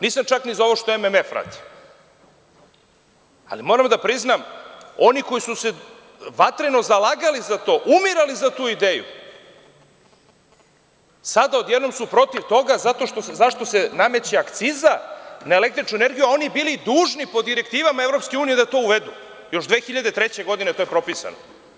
Nisam čak ni za ovo što MMF radi, ali moram da priznam, oni koji su se vatreno zalagali za to, umirali za tu ideju, sada odjednom su protiv toga zašto se nameće akciza na električnu energiju, a oni bili dužni po direktivama Evropske unije da to uvedu, još 2003. godine to je propisano.